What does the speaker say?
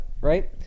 right